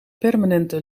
permanente